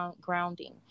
grounding